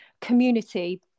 community